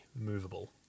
movable